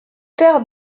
père